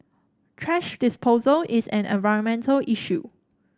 thrash disposal is an environmental issue